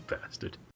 Bastard